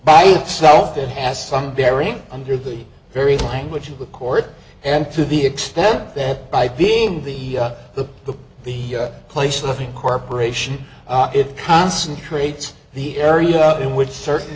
by itself it has some bearing under the very language of the court and to the extent that by being the the the the place looking corporation it concentrates the area out in which certain